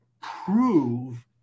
prove